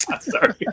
Sorry